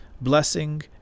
blessing